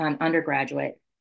undergraduate